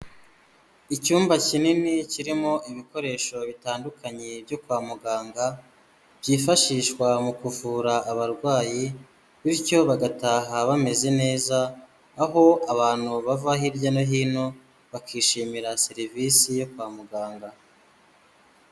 Icyumba kinini kirimo ibikoresho bitandukanye byo kwa muganga byifashishwa mu kuvura abarwayi bityo bagataha bameze neza aho abantu bava hirya no hino bakishimira serivisi yo kwa muganga.